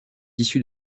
issue